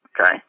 okay